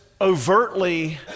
overtly